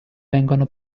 vengono